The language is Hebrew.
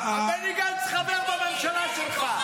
בני גנץ חבר בממשלה שלך.